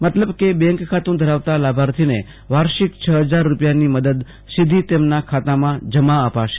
મતલબ કે બેંકખાતુ ધરાવતા લાભાર્થીઓને વાર્ષિક છ હજાર રૂપિયાની મદદ સીધી તેમના ખાતામાં જમા અપાશે